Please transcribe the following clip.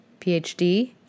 PhD